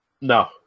No